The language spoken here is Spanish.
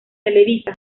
televisa